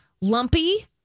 Lumpy